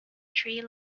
tree